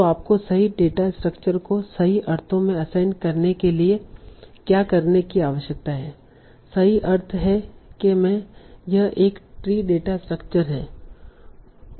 तो आपको सही डेटा स्ट्रक्चर को सही अर्थों में असाइन करने के लिए क्या करने की आवश्यकता है सही अर्थ है में यह एक ट्री डेटा स्ट्रक्चर है